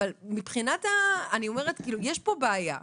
אבל יש פה בעיה,